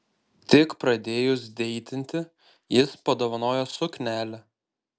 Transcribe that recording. tik pradėjus deitinti jis padovanojo suknelę